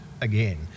again